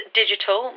digital